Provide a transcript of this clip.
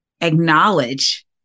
acknowledge